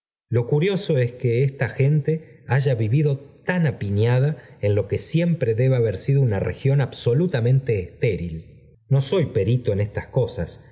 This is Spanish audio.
lo curioso es que esta gente haya vivido tan apiñada en lo que siempre debe haber sido una región absolutamente estéril no soy perito em estas cosas